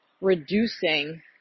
reducing